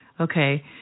Okay